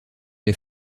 les